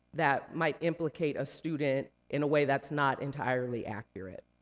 that might implicate a student in a way that's not entirely accurate.